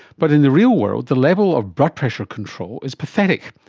but in the real world, the level of blood pressure control is pathetic.